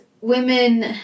women